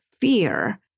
fear